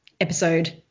Episode